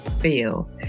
feel